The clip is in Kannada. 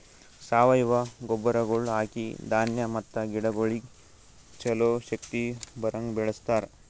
ಸಾವಯವ ಗೊಬ್ಬರಗೊಳ್ ಹಾಕಿ ಧಾನ್ಯ ಮತ್ತ ಗಿಡಗೊಳಿಗ್ ಛಲೋ ಶಕ್ತಿ ಬರಂಗ್ ಬೆಳಿಸ್ತಾರ್